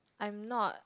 I'm not